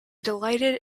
delighted